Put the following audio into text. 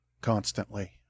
constantly